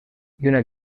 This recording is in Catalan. lluna